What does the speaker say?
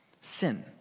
Sin